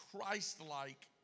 Christ-like